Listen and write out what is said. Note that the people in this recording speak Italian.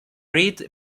reed